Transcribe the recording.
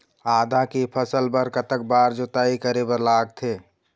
आदा के फसल बर कतक बार जोताई करे बर लगथे?